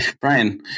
Brian